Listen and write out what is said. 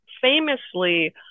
famously